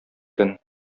көн